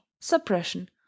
suppression